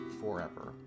forever